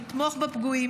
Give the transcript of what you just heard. לתמוך בפגועים